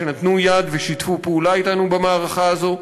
שנתנו יד ושיתפו פעולה אתנו במערכה הזאת,